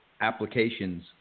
applications